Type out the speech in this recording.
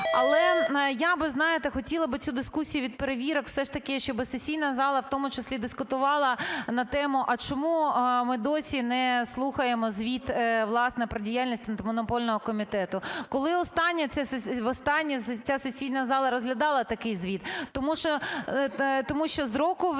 Але я би, знаєте, хотіла би цю дискусію від перевірок все ж таки, щоб сесійна зала в тому числі дискутувала на тему, а чому ми досі не слухаємо звіт, власне, про діяльність Антимонопольного комітету, коли востаннє ця сесійна зала розглядала такий звіт. Тому що з року в рік,